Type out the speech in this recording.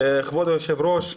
אדוני היושב-ראש,